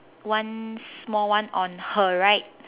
one small one on her right